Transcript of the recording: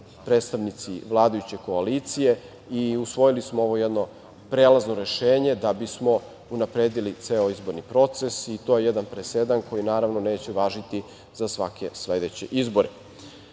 predstavnici vladajuće koalicije. Usvojili smo ovo jedno prelazno rešenje da bismo unapredili ceo izborni proces. I to je jedan presedan koji, naravno, neće važiti za svake sledeće